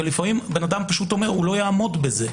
לפעמים אדם אומר שהוא פשוט לא יעמוד בזה.